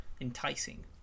enticing